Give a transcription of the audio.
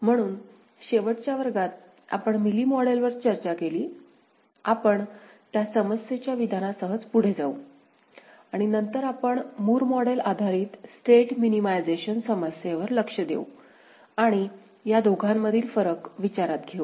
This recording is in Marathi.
म्हणून शेवटच्या वर्गात आपण मिली मॉडेलवर चर्चा केली आपण त्या समस्येच्या विधानासहच पुढे जाऊ आणि नंतर आपण मूर मॉडेल आधारित स्टेट मिनिमायझेशन समस्येवर लक्ष देऊ आणि या दोघांमधील फरक विचारात घेऊ